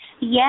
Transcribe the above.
Yes